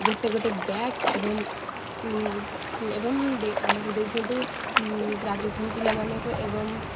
ଗୋଟେ ଗୋଟେ ବ୍ୟାଗ୍ ଏବଂ ଏବଂ ଆମକୁ ଦେଇଛନ୍ତି ଗ୍ରାଜୁଏସନ୍ ପିଲାମାନଙ୍କୁ ଏବଂ